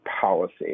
policy